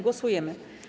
Głosujemy.